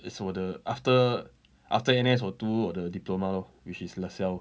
it's 我的 after after N_S 我读我的 diploma lor which is lasalle